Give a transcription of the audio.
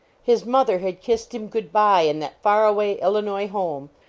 his mother had kissed him good-bye in that far-away illinois home,